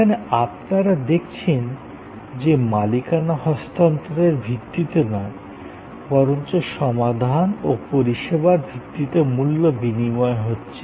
এখানে আপনারা দেখছেন যে মালিকানা হস্তান্তরের ভিত্তিতে নয় বরঞ্চ সমাধান ও পরিষেবার ভিত্তিতে মূল্য বিনিময় হচ্ছে